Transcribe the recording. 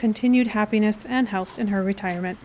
continued happiness and health in her retirement